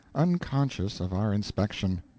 unconscious of our inspection.